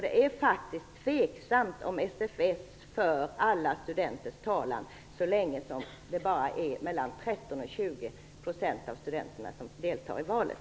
Det är faktiskt tveksamt om SFS för alla studenters talan, så länge det bara är mellan 13 och 20 % av studenterna som deltar i valen.